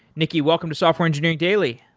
nicky, welcome to software engineering daily.